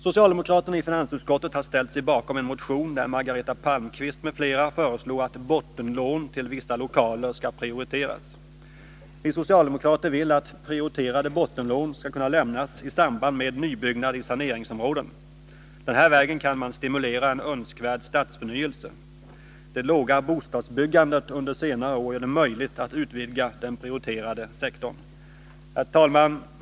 Socialdemokraterna i finansutskottet har ställt sig bakom en motion, där Margareta Palmqvist m.fl. föreslår att bottenlån till vissa lokaler skall prioriteras. Vi socialdemokrater vill att prioriterade bottenlån skall kunna lämnas i samband med nybyggnad i saneringsområden. Den här vägen kan man stimulera en önskvärd stadsförnyelse. Det låga bostadsbyggandet under senare år gör det möjligt att utvigda den prioriterade sektorn. Herr talman!